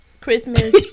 Christmas